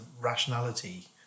rationality